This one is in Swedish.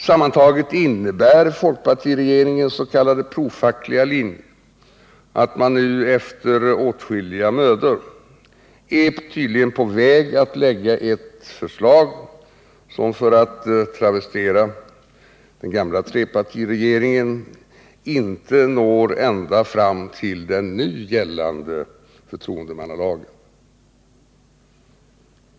Sammantaget innebär folkpartiregeringens s.k. profackliga linje att man nu, efter åtskilliga mödor, är på väg att presentera ett förslag som — för att travestera ett uttalande från trepartiregeringens tid — inte når ända fram till den nu gällande förtroendemannalagen.